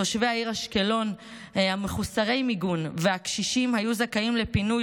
תושבי העיר אשקלון מחוסרי המיגון והקשישים היו זכאים לפינוי